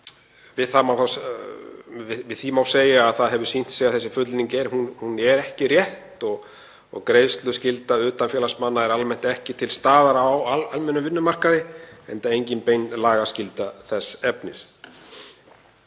það má segja að það hefur sýnt sig að þessi fullyrðing er ekki rétt. Greiðsluskylda utanfélagsmanna er almennt ekki til staðar á almennum vinnumarkaði, enda engin bein lagaskylda þess efnis.